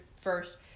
first